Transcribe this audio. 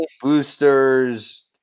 Boosters